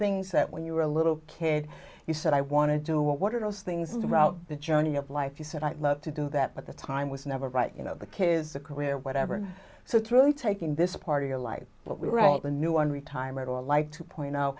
things that when you were a little kid you said i want to do what are those things about the journey of life you said i love to do that but the time was never right you know the kids the career whatever so it's really taking this part of your life but we were at the new one retirement or like two point